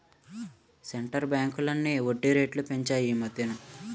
centre బ్యాంకులన్నీ వడ్డీ రేట్లు పెంచాయి ఈమధ్యన